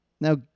Now